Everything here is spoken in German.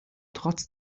trotz